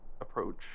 approach